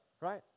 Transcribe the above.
right